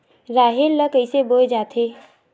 राहेर ल कइसे बोय जाथे?